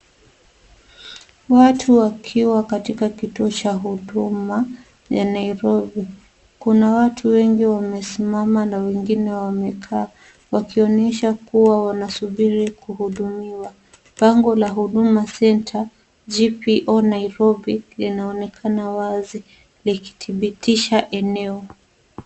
Watu wakiwa katika kituo cha Huduma ya Nairobi. Kuna watu wengi wamesimama na wengine wamekaa wakionesha kuwa wanasubiri kuhudumiwa. Bango la Huduma Center GPO Nairobi, linaonekana wazi likidhibitisha eneo.